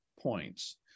points